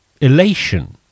elation